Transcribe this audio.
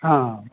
অঁ